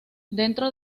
dentro